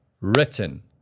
written